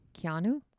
Keanu